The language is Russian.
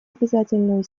обязательную